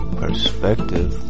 perspective